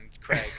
craig